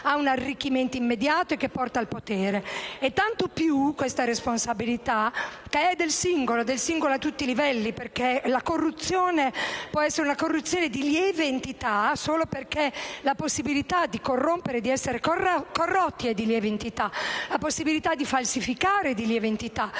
ad un arricchimento immediato e al potere. Questa responsabilità è del singolo, a tutti i livelli, perché la corruzione può essere di lieve entità solo perché la possibilità di corrompere e di essere corrotti è di lieve entità o la possibilità di falsificare è di lieve entità;